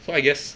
so I guess